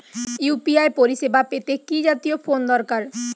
UPI পরিসেবা পেতে কি জাতীয় ফোন দরকার?